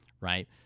right